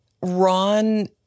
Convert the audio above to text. Ron